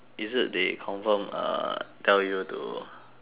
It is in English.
is it they confirm uh tell you to